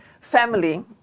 family